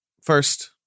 First